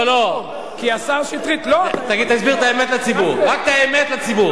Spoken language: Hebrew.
לא, לא, תסביר את האמת לציבור, רק את האמת לציבור.